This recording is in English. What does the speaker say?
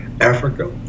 Africa